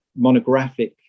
monographic